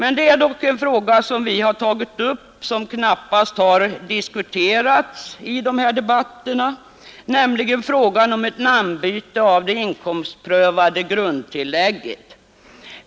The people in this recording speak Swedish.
En fråga som vi tagit upp har dock knappast diskuterats i debatten, nämligen frågan om ett namnbyte för det inkomstprövade bostadstillägget.